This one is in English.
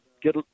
get